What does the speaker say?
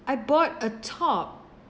I bought a top